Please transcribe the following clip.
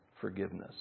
forgiveness